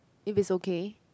if it's okay